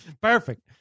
perfect